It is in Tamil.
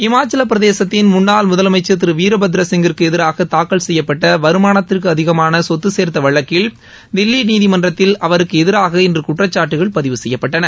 இமாச்சலப்பிரசேத்தின் முன்னாள் முதலமைச்சர் திரு வீர்பத்ர சிங்கிற்கு எதிராக தாக்கல் செய்யப்பட்ட வருமானத்திற்கு அதிகமான சொத்து சேர்த்த வழக்கில் தில்லி நீதிமன்றத்தில் அவருக்கு எதிராக இன்று குற்றச்சாட்டுக்கள் பதிவு செய்யப்பட்டன